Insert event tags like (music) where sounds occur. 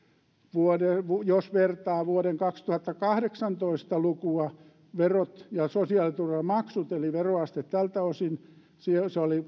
jos vertaa vuoden kaksituhattakahdeksantoista lukua verot ja sosiaaliturvamaksut eli veroaste tältä osin se oli (unintelligible)